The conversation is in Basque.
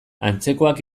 antzekoak